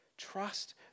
Trust